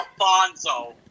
Alfonso